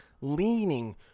leaning